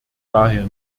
daher